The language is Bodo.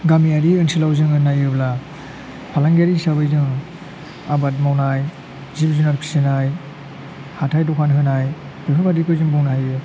गामियारि ओनसोलाव जोङो नायोब्ला फालांगिरि हिसाबै जों आबाद मावनाय जिब जुनार फिसिनाय हाथाइ द'खान होनाय बेफोरबादिखौ जों मावनो हायो